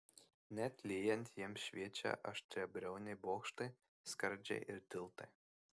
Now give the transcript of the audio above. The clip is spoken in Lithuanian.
net lyjant jiems šviečia aštriabriauniai bokštai skardžiai ir tiltai